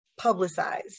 publicize